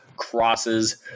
crosses